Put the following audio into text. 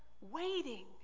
waiting